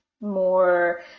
more